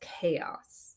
chaos